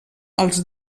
els